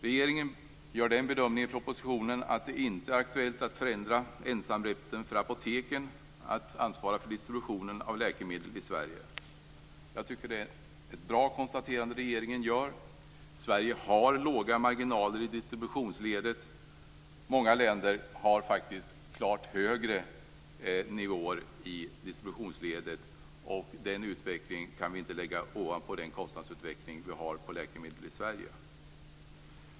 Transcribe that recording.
Regeringen gör i propositionen bedömningen att det inte är aktuellt att förändra ensamrätten för apoteken att ansvara för distributionen av läkemedel i Sverige. Jag tycker att det är ett bra konstaterande. Sverige har låga marginaler i distributionsledet. Många länder har klart högre nivåer. Vi kan inte lägga den utvecklingen ovanpå kostnadsutvecklingen för läkemedel i Sverige.